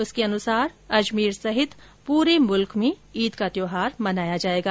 उसके अनुसार अजमेर सहित पूरे मुल्क में ईद का त्यौहार मनाया जायेगा